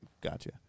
Gotcha